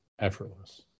effortless